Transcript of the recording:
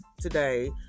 today